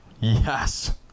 Yes